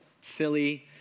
silly